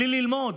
בלי ללמוד